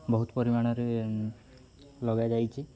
ବହୁତ ପରିମାଣରେ ଲଗାଯାଇଛି